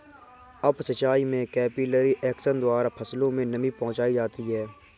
up सिचाई में capillary action द्वारा फसलों में नमी पहुंचाई जाती है